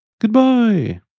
Goodbye